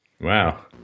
wow